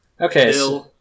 Okay